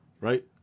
right